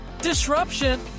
disruption